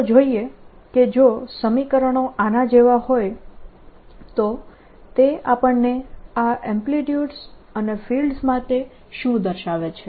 ચાલો જોઈએ કે જો સમીકરણો આના જેવા હોય તો તે આપણને આ એમ્પ્લીટ્યુડસ અને ફિલ્ડ્સ માટે શું દર્શાવે છે